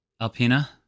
Alpina